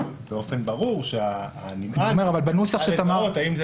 באופן ברור שהנמען צריך לזהות האם זה